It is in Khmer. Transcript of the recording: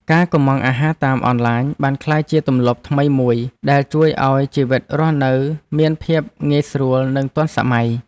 ការកម្ម៉ង់អាហារតាមអនឡាញបានក្លាយជាទម្លាប់ថ្មីមួយដែលជួយឱ្យជីវិតរស់នៅមានភាពងាយស្រួលនិងទាន់សម័យ។